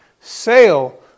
sale